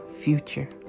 future